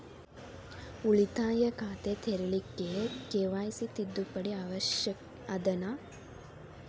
ಉಳಿತಾಯ ಖಾತೆ ತೆರಿಲಿಕ್ಕೆ ಕೆ.ವೈ.ಸಿ ತಿದ್ದುಪಡಿ ಅವಶ್ಯ ಅದನಾ?